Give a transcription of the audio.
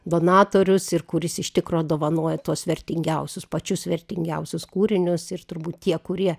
donatorius ir kuris iš tikro dovanoja tuos vertingiausius pačius vertingiausius kūrinius ir turbūt tie kurie